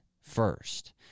first